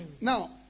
Now